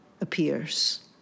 appears